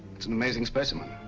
it's an amazing specimen